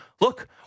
look